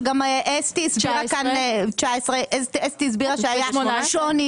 שגם אסתי הסבירה שהיה שוני